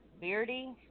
Beardy